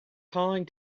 calling